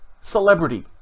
celebrity